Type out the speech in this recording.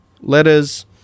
letters